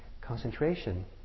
concentration